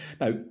Now